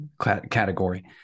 category